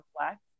reflect